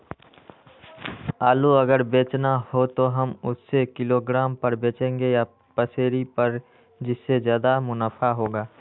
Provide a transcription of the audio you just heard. आलू अगर बेचना हो तो हम उससे किलोग्राम पर बचेंगे या पसेरी पर जिससे ज्यादा मुनाफा होगा?